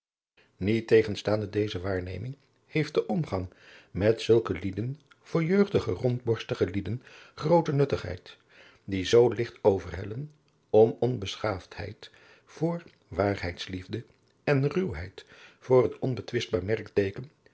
niettegenstaande deze waarneming heeft de omgang met zulke lieden voor jeugdige rondborstige lieden groote nuttigheid die zoo ligt overhellen om onbeschaafdheid voor waarheidsliefde en ruwheid voor het onbetwistbaar merkteeken